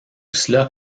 cela